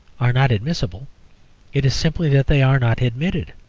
are not admissible it is simply that they are not admitted.